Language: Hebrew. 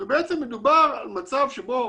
ובעצם מדובר על מצב שבו